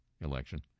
election